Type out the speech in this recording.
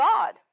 God